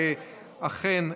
אכן,